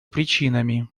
причинами